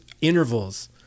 intervals